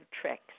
tricks